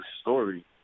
story